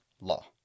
law